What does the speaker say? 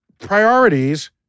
priorities